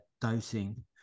dosing